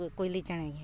ᱠᱩᱭᱞᱤ ᱪᱮᱬᱮᱜᱮ